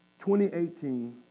2018